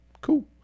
Cool